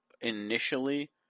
initially